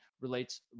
relates